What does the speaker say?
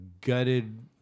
gutted